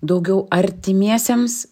daugiau artimiesiems